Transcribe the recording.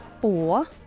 four